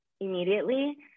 immediately